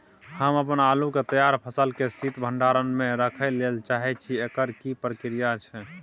हम अपन आलू के तैयार फसल के शीत भंडार में रखै लेल चाहे छी, एकर की प्रक्रिया छै?